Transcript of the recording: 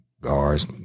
guards